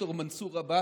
ד"ר מנסור עבאס,